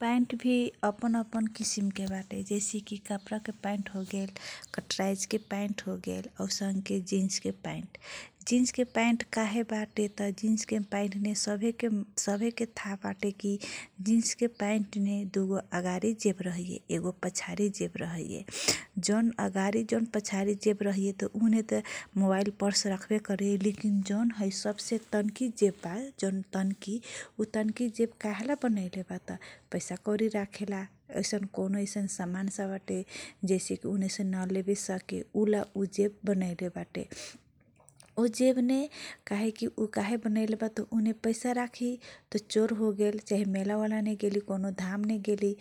प्यान्ट भी अपन अपन किसिमके बाटे कपडा के पाइन्ट हो गेल कटराइज के प्यान्ट हो गेल औसने जिन्स के पाइन्ट हो गेल जिन्स के पाइन सबे के थाहा बाँकी जिन्सके प्यान्ट मे दुगो अगाडि जेब रहगे एगो पछाडि जेब रहैए जन जेब रहइए आ पछाडि जेब रही ये त मोबाइल पर्स राखेके मिलैय लेकिन जौन सबसे तन्की जेब बा त उ तन्की जेब कहेला बनाएले बात पैसा कौडी राखेला ऐसने कौनो समान बाटे जैसेकी उहे से नलेबेके सकी उहेला उ जेब बनाइले बाटे ऊ जब मे काहेकी बनाइले बाटे कि पैसा राखी चोर हो गेल चाहे मेला मे गेली कौनो धाम गेली